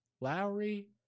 Lowry